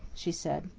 she said.